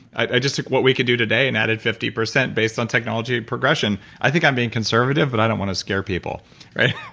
i just took what we could do today and added fifty percent based on technology and progression. i think i'm being conservative, but i don't want to scare people right,